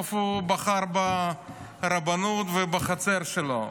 בסוף הוא בחר ברבנות ובחצר שלו.